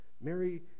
Mary